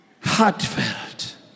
heartfelt